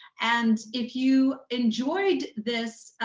and if you enjoyed this